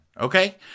Okay